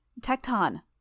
Tecton